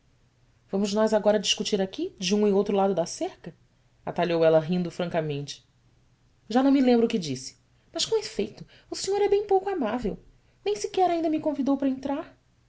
vamos nós agora discutir aqui de um e outro lado da cerca atalhou ela rindo francamente á não me lembra o que disse mas com efeito o senhor é bem pouco amável nem sequer ainda me convidou para entrar